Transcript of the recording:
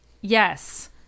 yes